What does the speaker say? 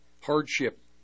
hardship